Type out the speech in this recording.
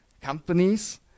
companies